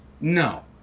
No